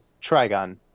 Trigon